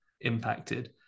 impacted